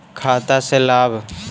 खाता से लाभ?